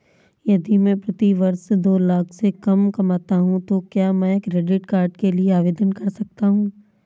यदि मैं प्रति वर्ष दो लाख से कम कमाता हूँ तो क्या मैं क्रेडिट कार्ड के लिए आवेदन कर सकता हूँ?